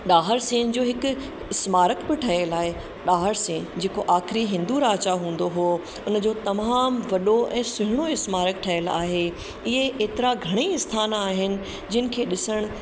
दाहिर सेन जो हिकु स्मारक ब ठहियलु आहे दाहिर सेन जे को आख़िरी हिंदू राजा हूंदो हुओ उनजो तमामु वॾो ऐं सुहिणो स्मारक ठहियलु आहे इहे ई एतिरा घणेई स्थान आहिनि जिन खे ॾिसणु